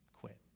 quit